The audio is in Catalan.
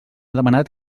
demanat